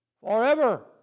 Forever